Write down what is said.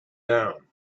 down